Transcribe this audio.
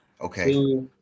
okay